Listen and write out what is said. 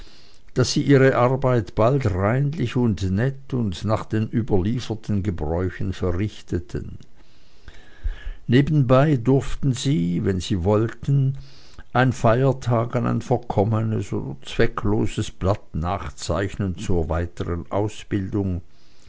daß sie ihre arbeit bald reinlich und nett und nach den überlieferten gebräuchen verrichteten nebenbei durften sie wenn sie wollten an feiertagen ein verkommenes oder zweckloses blatt nachzeichnen zur weiteren ausbildung